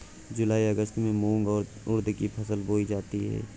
जूलाई अगस्त में मूंग और उर्द की फसल बोई जाती है